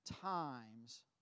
times